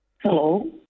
Hello